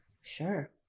Sure